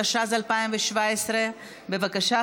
התשע"ו 2016, לא אושרה.